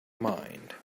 mind